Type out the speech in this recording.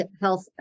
health